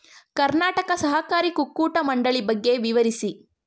ಕರ್ನಾಟಕ ಸಹಕಾರಿ ಕುಕ್ಕಟ ಮಂಡಳಿ ಬಗ್ಗೆ ವಿವರಿಸಿ?